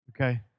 Okay